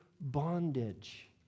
bondage